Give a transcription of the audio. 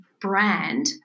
brand